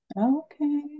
okay